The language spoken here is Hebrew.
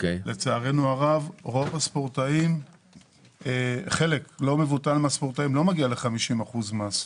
לצערנו הרב חלק לא מבוטל מהספורטאים לא מגיע ל-50% מס.